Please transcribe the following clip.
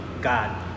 God